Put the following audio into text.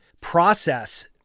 process